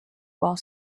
while